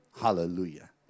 Hallelujah